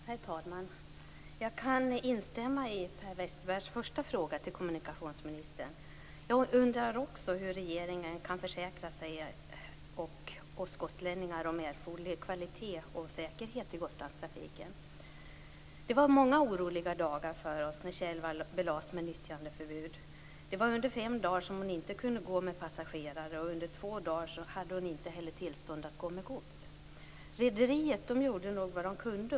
Herr talman! Jag kan instämma i Per Westerbergs första fråga till kommunikationsministern. Jag undrar också hur regeringen kan försäkra sig och oss gotlänningar om erforderlig kvalitet och säkerhet i Gotlandstrafiken. Det var många oroliga dagar för oss när M/S Thjelvar belades med nyttjandeförbud. Under fem dagar kunde hon inte gå med passagerare, och under två dagar hade hon inte heller tillstånd att gå med gods. Rederiet gjorde nog vad de kunde.